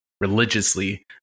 religiously